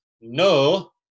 No